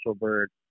bird